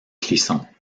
clisson